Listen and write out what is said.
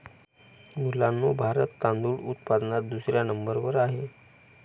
मुलांनो भारत तांदूळ उत्पादनात दुसऱ्या नंबर वर आहे